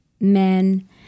men